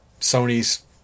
Sony's